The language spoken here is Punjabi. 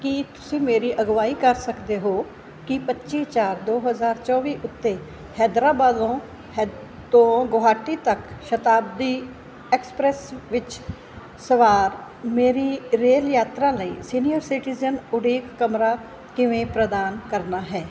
ਕੀ ਤੁਸੀਂ ਮੇਰੀ ਅਗਵਾਈ ਕਰ ਸਕਦੇ ਹੋ ਕਿ ਪੱਚੀ ਚਾਰ ਦੋ ਹਜ਼ਾਰ ਚੌਵੀ ਉੱਤੇ ਹੈਦਰਾਬਾਦ ਤੋਂ ਹੈਦ ਤੋਂ ਗੁਹਾਟੀ ਤੱਕ ਸ਼ਤਾਬਦੀ ਐਕਸਪ੍ਰੈਸ ਵਿੱਚ ਸਵਾਰ ਮੇਰੀ ਰੇਲ ਯਾਤਰਾ ਲਈ ਸੀਨੀਅਰ ਸਿਟੀਜ਼ਨ ਉਡੀਕ ਕਮਰਾ ਕਿਵੇਂ ਪ੍ਰਦਾਨ ਕਰਨਾ ਹੈ